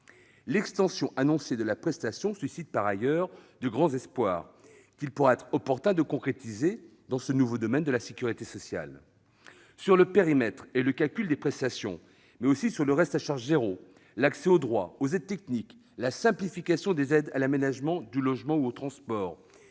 L'extension annoncée de la prestation suscite par ailleurs de grands espoirs qu'il pourra être opportun de concrétiser dans ce nouveau domaine de la sécurité sociale. Sur le périmètre et le calcul des prestations, mais aussi sur le reste à charge zéro, sur l'accès aux droits et aux aides techniques, sur la simplification des aides à l'aménagement du logement ou au transport,